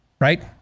Right